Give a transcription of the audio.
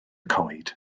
coed